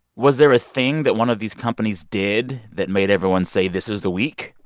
was there a thing that one of these companies did that made everyone say, this is the week?